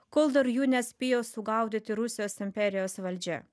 kol dar jų nespėjo sugaudyti rusijos imperijos valdžia